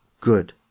good